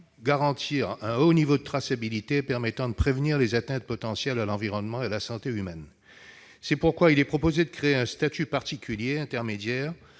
garantir un haut niveau de traçabilité permettant de prévenir les atteintes potentielles à l'environnement et à la santé humaine. Il est proposé de créer un statut particulier, intermédiaire